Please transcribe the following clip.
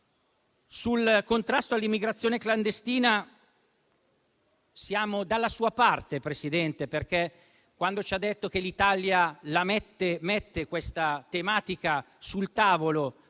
Sul contrasto all'immigrazione clandestina, siamo dalla sua parte, Presidente, perché quando ci ha detto che l'Italia mette questa tematica sul tavolo